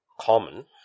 common